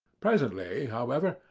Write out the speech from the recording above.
presently, however,